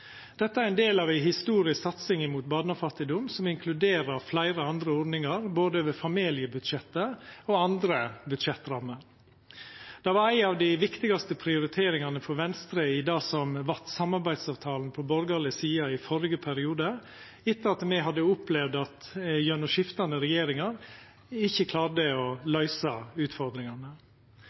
Dette er ein del av ei historisk satsing mot barnefattigdom, som inkluderer fleire andre ordningar, både over familiebudsjettet og over andre budsjettrammer. Det var ei av dei viktigaste prioriteringane for Venstre i det som vart samarbeidsavtalen på borgarleg side i førre periode, etter at me hadde opplevd at ein gjennom skiftande regjeringar ikkje klarte å løysa utfordringane.